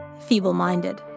feeble-minded